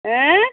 ஆ